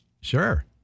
Sure